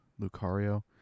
Lucario